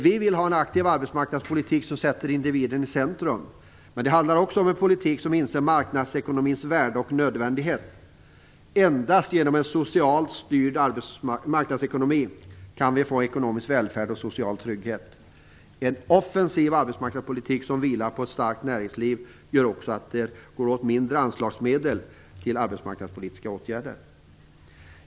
Vi vill ha en aktiv arbetsmarknadspolitik som sätter individen i centrum. Men det handlar också om en politik som inser marknadsekonomins värde och nödvändighet. Endast genom en socialt styrd marknadsekonomi kan vi få ekonomisk välfärd och social trygghet. En offensiv arbetsmarknadspolitik som vilar på ett starkt näringsliv gör också att det går åt mindre anslagsmedel till arbetsmarknadspolitiska åtgärder.